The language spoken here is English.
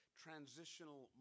transitional